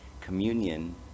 communion